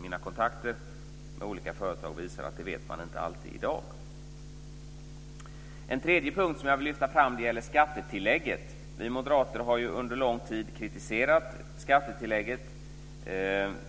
Mina kontakter med olika företag visar att man inte alltid vet detta i dag. En tredje punkt som jag vill lyfta fram gäller skattetillägget. Vi moderater har ju under lång tid kritiserat skattetillägget